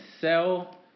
sell